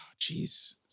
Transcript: Jeez